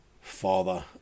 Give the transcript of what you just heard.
Father